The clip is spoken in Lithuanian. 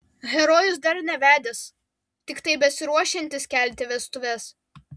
herojus dar nevedęs tiktai besiruošiantis kelti vestuves